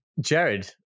Jared